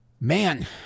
Man